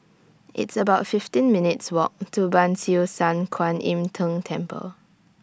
It's about fifteen minutes' Walk to Ban Siew San Kuan Im Tng Temple